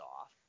off